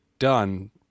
done